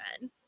men